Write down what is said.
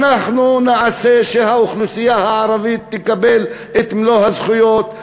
אנחנו נעשה שהאוכלוסייה הערבית תקבל את מלוא הזכויות,